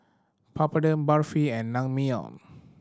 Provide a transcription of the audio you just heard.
Papadum Barfi and Naengmyeon